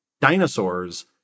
dinosaurs